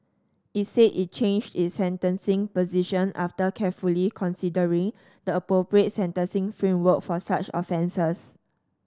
it said it changed its sentencing position after carefully considering the appropriate sentencing framework for such offences